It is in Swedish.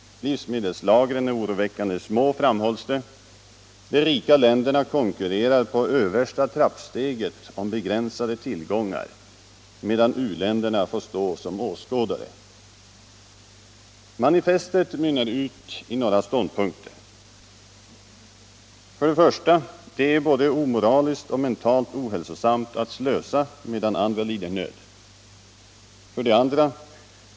Livsmedelslagren är oroväckande små, framhålls det. De rika länderna konkurrerar på översta trappsteget om begränsade tillgångar medan u-länderna får stå som åskådare. Manifestet mynnar ut i några ståndpunkter: 1. Det är både omoraliskt och mentalt ohälsosamt att slösa medan andra lider nöd. 2.